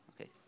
okay